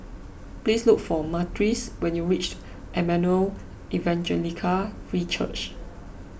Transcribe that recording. please look for Myrtis when you reach Emmanuel Evangelical Free Church